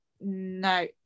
no